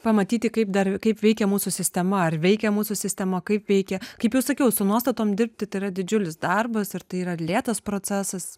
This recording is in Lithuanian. pamatyti kaip dar kaip veikia mūsų sistema ar veikia mūsų sistema kaip veikia kaip jau sakiau su nuostatom dirbti tai yra didžiulis darbas ir tai yra lėtas procesas